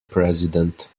president